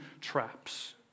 traps